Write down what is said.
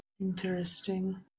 Interesting